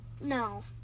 No